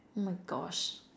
oh my gosh